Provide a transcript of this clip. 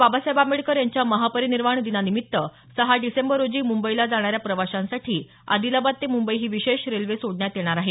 बाबासाहेब आंबेडकर यांच्या महापरिनिर्वाण दिनानिमित्त सहा डिसेंबर रोजी मुंबईला जाणाऱ्या प्रवाशांसाठी आदिलाबाद ते मुंबई ही विशेष रेल्वे सोडण्यात येणार आहे